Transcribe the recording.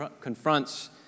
confronts